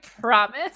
promise